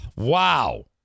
Wow